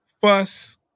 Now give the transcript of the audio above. Fuss